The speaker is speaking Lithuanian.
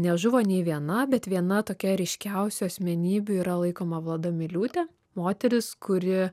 nežuvo nei viena bet viena tokia ryškiausių asmenybių yra laikoma vlada miliūtė moteris kuri